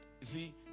see